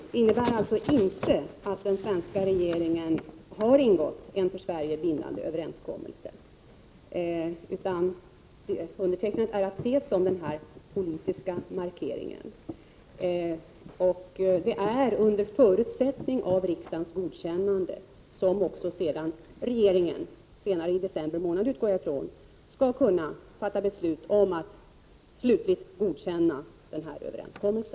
1988/89:21 bär alltså inte att den svenska regeringen har ingått en för Sverige bindande 10 november 1988 överenskommelse utan undertecknandet är att se som politisk markering. mj.ommhat en Det är under förutsättning av riksdagens godkännande som också sedan regeringen — jag utgår från att det kan ske under december månad — skall kunna fatta beslut om att slutligt godkänna denna överenskommelse.